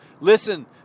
Listen